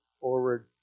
forward